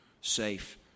safe